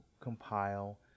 compile